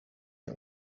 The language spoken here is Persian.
این